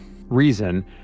reason